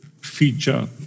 feature